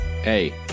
Hey